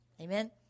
Amen